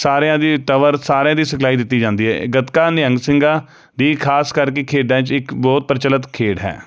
ਸਾਰਿਆਂ ਦੀ ਤਬਰ ਸਾਰਿਆਂ ਦੀ ਸਿਖਲਾਈ ਦਿੱਤੀ ਜਾਂਦੀ ਹੈ ਗਤਕਾ ਨਿਹੰਗ ਸਿੰਘਾਂ ਦੀ ਖਾਸ ਕਰਕੇ ਖੇਡਾਂ 'ਚ ਇੱਕ ਬਹੁਤ ਪ੍ਰਚਲਿਤ ਖੇਡ ਹੈ